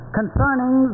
concerning